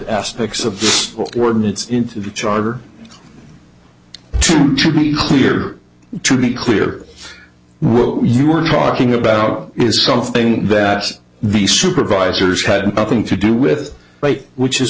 aspects of the ordinance into the charter to be clear to be clear you were talking about is something that the supervisors had nothing to do with which is